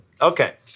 Okay